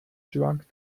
drunk